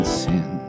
sin